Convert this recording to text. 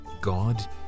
God